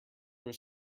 were